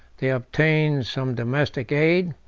they obtained some domestic aid,